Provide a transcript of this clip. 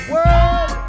World